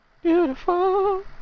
beautiful